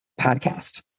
podcast